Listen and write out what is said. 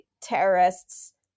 terrorists